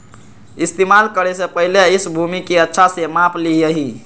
इस्तेमाल करे से पहले इस भूमि के अच्छा से माप ली यहीं